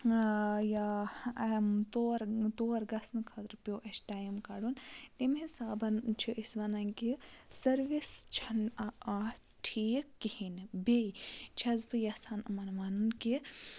یا تور تور گَژھنہٕ خٲطرٕ پیوٚو اَسہِ ٹایِم کَڑُن تمہِ حِسابَن چھِ أسۍ وَنان کہِ سٔروِس چھَنہٕ اَتھ ٹھیٖک کِہیٖنۍ نہٕ بیٚیہِ چھَس بہٕ یَژھان یِمَن وَنُن کہِ